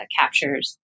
captures